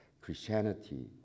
Christianity